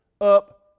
up